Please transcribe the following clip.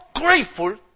grateful